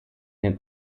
den